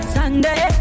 Sunday